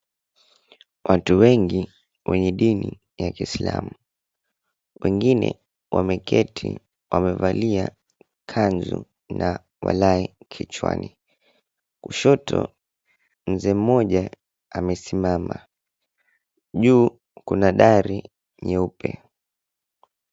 Watu wengi wenye dini ya kiislamu. Wengine wameketi wamevalia kanzu na walahi kichwani. Kushoto mzee mmoja amesimama. Juu kuna dari nyeupe.